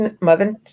mother